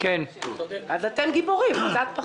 אז אתם גיבורים, אבל קצת פחות.